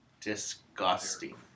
disgusting